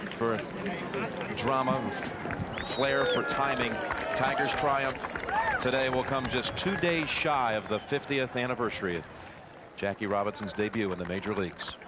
for drama flair for timing timing ah today will come just two days shy of the fiftieth anniversary of jackie robinson's debut in the major leagues.